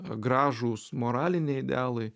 gražūs moraliniai idealai